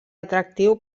atractiu